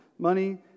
Money